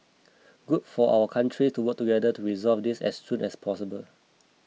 good for our countries to work together to resolve this as soon as possible